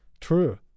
True